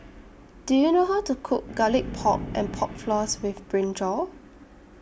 Do YOU know How to Cook Garlic Pork and Pork Floss with Brinjal